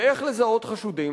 ואיך לזהות חשודים?